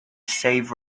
save